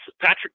Patrick